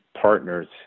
partners